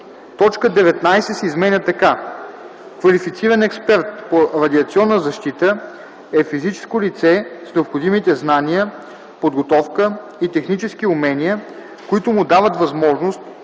точка 19 се изменя така: „19. „Квалифициран експерт по радиационна защита” е физическо лице с необходимите знания, подготовка и технически умения, които му дават възможност